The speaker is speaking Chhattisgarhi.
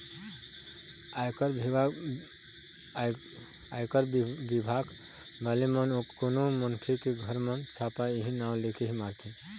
आयकर बिभाग वाले मन ह कोनो मनखे के घर म छापा इहीं नांव लेके ही मारथे